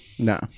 No